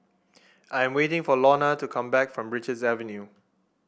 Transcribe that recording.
I'm waiting for Launa to come back from Richards Avenue